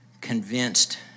convinced